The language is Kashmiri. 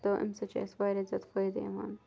تہٕ اَمہِ سۭتۍ چھِ اَسہِ واریاہ زیادٕ فٲیِدٕ یِوان